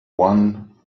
one